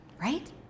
right